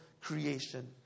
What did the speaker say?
creation